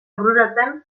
bururatzen